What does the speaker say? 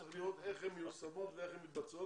צריך לראות איך הן מיושמות ואיך הן מתבצעות